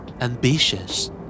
Ambitious